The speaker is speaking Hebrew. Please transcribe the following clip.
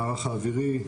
האוירי.